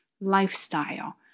lifestyle